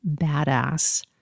badass